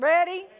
Ready